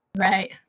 Right